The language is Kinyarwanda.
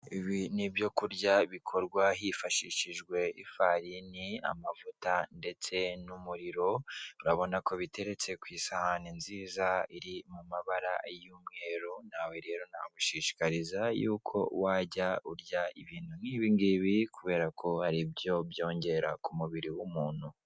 Ibi ni ibyo kurya bikorwa hifashishijwe ifarini amavuta ndetse n'umuriro, urabona ko biteretse ku isahani nziza iri mu mabara y'umweru, nawe rero nagushishikariza yuko wajya urya ibintu nk'ibi ingibi kubera ko hari byo byongera ku mubiri w'umuntu.